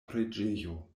preĝejo